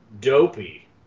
dopey